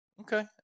Okay